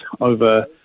over